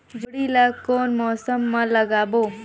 जोणी ला कोन मौसम मा लगाबो?